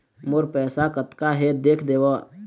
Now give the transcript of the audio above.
मोर पैसा कतका हे देख देव?